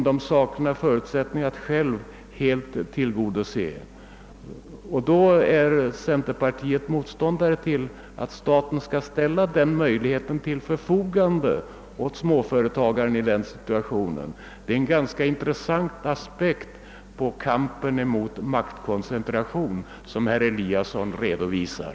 Centerpartiet är alitså motståndare till att staten skall ge småföretagare den hjälpen. Det är en intressant aspekt på kampen mot maktkoncentration som herr Eliasson sålunda redovisar.